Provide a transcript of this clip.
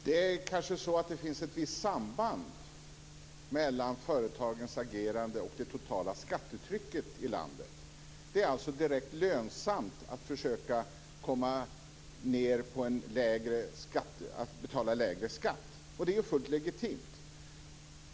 Fru talman! Det är kanske så att det finns ett visst samband mellan företagens agerande och det totala skattetrycket i landet. Det är alltså direkt lönsamt att försöka betala lägre skatt. Och det är ju fullt legitimt.